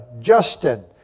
Justin